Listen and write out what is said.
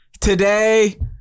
today